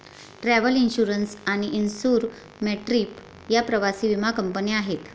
travel insurance आणि InsureMyTrip या प्रवासी विमा कंपन्या आहेत